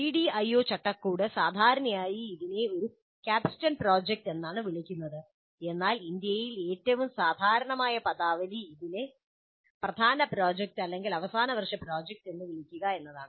CDIO ചട്ടക്കൂട് സാധാരണയായി ഇതിനെ ഒരു ക്യാപ്സ്റ്റോൺ പ്രോജക്റ്റ് എന്നാണ് വിളിക്കുന്നത് എന്നാൽ ഇന്ത്യയിൽ ഏറ്റവും സാധാരണമായ പദാവലി ഇതിനെ പ്രധാന പ്രോജക്റ്റ് അല്ലെങ്കിൽ അവസാന വർഷ പ്രോജക്റ്റ് എന്ന് വിളിക്കുക എന്നതാണ്